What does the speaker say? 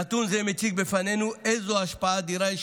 נתון זה מציג בפנינו איזו השפעה אדירה יש